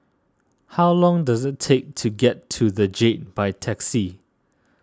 how long does it take to get to the Jade by taxi